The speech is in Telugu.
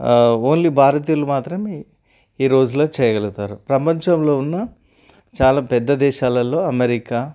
ఓన్లీ భారతీయులు మాత్రమే ఈ రోజులో చేయగలుగుతారు ప్రపంచంలో ఉన్న చాలా పెద్ద దేశాలల్లో అమెరికా